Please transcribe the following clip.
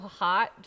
hot